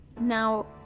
Now